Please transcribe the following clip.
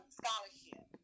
scholarship